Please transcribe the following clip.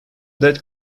dead